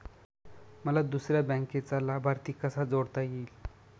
मला दुसऱ्या बँकेचा लाभार्थी कसा जोडता येईल?